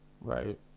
Right